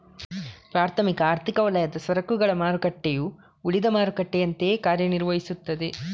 ಪ್ರಾಥಮಿಕ ಆರ್ಥಿಕ ವಲಯದ ಸರಕುಗಳ ಮಾರುಕಟ್ಟೆಯು ಉಳಿದ ಮಾರುಕಟ್ಟೆಯಂತೆಯೇ ಕಾರ್ಯ ನಿರ್ವಹಿಸ್ತದೆ